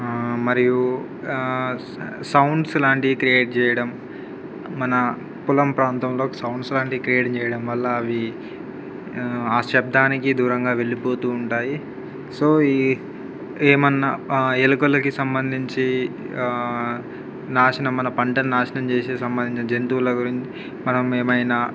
మరియు సౌండ్స్ లాంటివి క్రియేట్ చేయడం మన పొలం ప్రాంతంలో సౌండ్స్ లాంటివి క్రియేట్ చేయడం వల్ల అవి ఆ శబ్దానికి దూరంగా వెళ్ళిపోతూ ఉంటాయి సో ఈ ఏమైనా ఎలుకలకి సంబంధించి నాశనం మన పంటను నాశనం చేసే సంబంధించిన జంతువుల గురించి మనం ఏమైనా